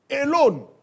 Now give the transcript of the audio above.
alone